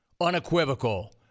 unequivocal